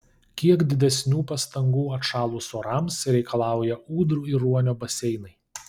kiek didesnių pastangų atšalus orams reikalauja ūdrų ir ruonio baseinai